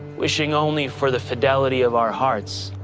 wishing only for the fidelity of our hearts,